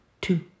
Two